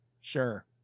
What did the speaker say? Sure